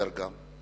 גם,